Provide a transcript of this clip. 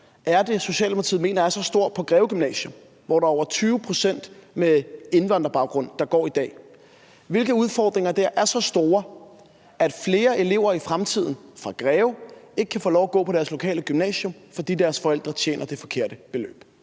er det, Socialdemokratiet mener er så store på Greve Gymnasium, hvor der i dag går over 20 pct. med indvandrerbaggrund, at flere elever fra Greve i fremtiden ikke kan få lov til at gå på deres lokale gymnasium, fordi deres forældre tjener det forkerte beløb?